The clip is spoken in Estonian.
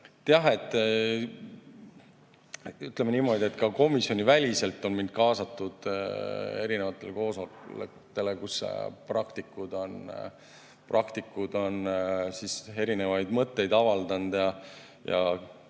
et jah. Ütleme niimoodi, et ka komisjoniväliselt on mind kaasatud erinevatele koosolekutele, kus praktikud on erinevaid mõtteid avaldanud.